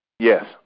Yes